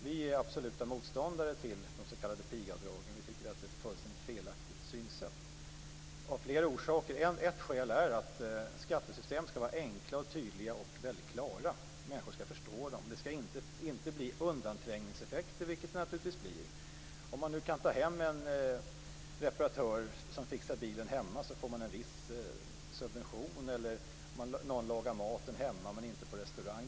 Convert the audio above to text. Vi är absoluta motståndare till de s.k. pigavdragen. Vi tycker att det är ett fullständigt felaktigt synsätt av flera orsaker. Ett skäl är att skattesystemen skall vara enkla, tydliga och väldigt klara. Människor skall förstå dem. Det skall inte bli undanträngningseffekter, vilket det naturligtvis blir om man kan ta hem en reparatör som fixar bilen och får en viss subvention, eller om samma sak gäller om någon lagar maten hemma men inte på restaurang.